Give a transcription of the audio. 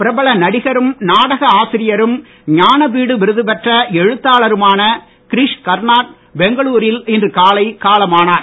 பிரபல நடிகரும் நாடக ஆசிரியரும் ஞானபீட விருது பெற்ற எழுத்தாளருமான கிரீஷ் கர்னாட் பெங்க்ளூ ரில் இன்று காலை காலமானார்